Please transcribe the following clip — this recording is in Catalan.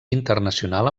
internacional